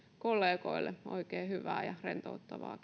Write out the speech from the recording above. kollegoille oikein hyvää ja rentouttavaa